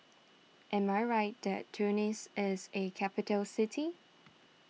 am I right that Tunis is a capital city